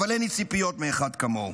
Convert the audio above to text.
אבל אין לי ציפיות מאחד כמוהו.